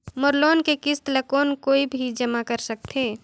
मोर loan के किस्त ल कौन कोई भी जमा कर सकथे?